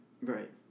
Right